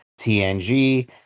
tng